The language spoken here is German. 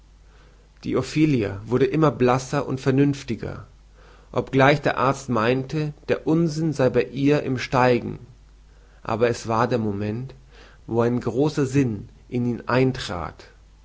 die ophelia wurde immer blasser und vernünftiger obgleich der arzt meinte der unsinn sei bei ihr im steigen aber es war der moment wo ein großer sinn in ihn eintrat